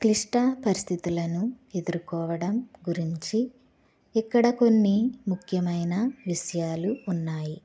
క్లిష్ట పరిస్థితులను ఎదుర్కోవడం గురించి ఇక్కడ కొన్ని ముఖ్యమైన విషయాలు ఉన్నాయి